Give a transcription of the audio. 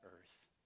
earth